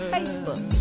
Facebook